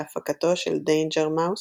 בהפקתו של דיינג'ר מאוס,